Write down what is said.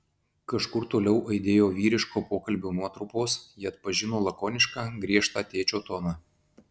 kažkur toliau aidėjo vyriško pokalbio nuotrupos ji atpažino lakonišką griežtą tėčio toną